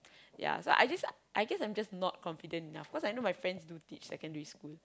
yeah so I guess I guess I'm just not confident enough because I know my friends do teach secondary school